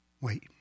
wait